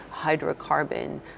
hydrocarbon